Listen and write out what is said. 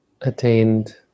attained